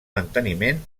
manteniment